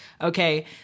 okay